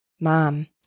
mom